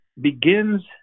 begins